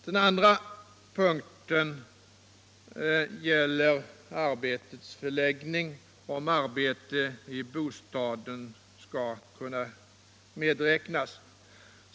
Den andra punkten gäller arbetets förläggning — om arbete i bostaden skall kunna medräknas.